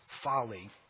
folly